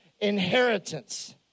inheritance